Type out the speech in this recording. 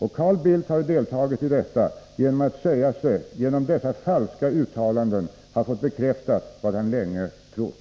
Carl Bildt har deltagit i detta genom att säga sig genom dessa falska uttalanden ha fått bekräftat vad han länge trott.